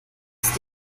ist